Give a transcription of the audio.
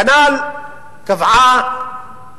כנ"ל קבעה